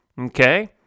okay